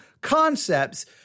concepts